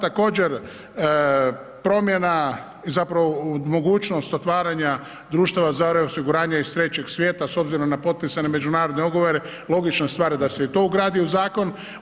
Također, promjena zapravo mogućnost otvaranja društava za reosiguranje iz trećeg svijeta s obzirom na potpisane međunarodne ugovore logična stvar da se i to ugradi u zakon.